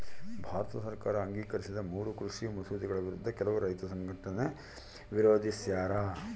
ಭಾರತ ಸರ್ಕಾರ ಅಂಗೀಕರಿಸಿದ ಮೂರೂ ಕೃಷಿ ಮಸೂದೆಗಳ ವಿರುದ್ಧ ಕೆಲವು ರೈತ ಸಂಘಟನೆ ವಿರೋಧಿಸ್ಯಾರ